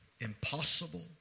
Impossible